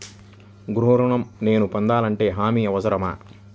గృహ ఋణం నేను పొందాలంటే హామీ అవసరమా?